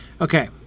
Okay